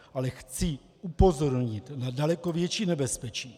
Ale chci upozornit na daleko větší nebezpečí.